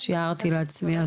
שיערתי לעצמי.